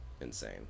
insane